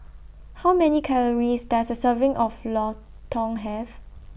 How Many Calories Does A Serving of Lontong Have